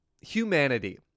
humanity